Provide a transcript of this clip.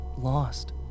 lost